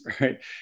right